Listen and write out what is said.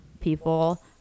people